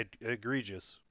Egregious